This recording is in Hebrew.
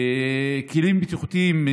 כלים בטיחותיים,